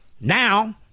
now